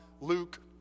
Luke